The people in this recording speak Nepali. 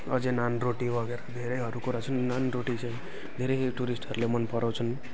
अझै नान रोटी वगैर धेरैहरू कुरा छन् नान रोटी चाहिँ धेरैले टुरिस्टहरूले मन पराउँछन्